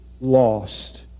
lost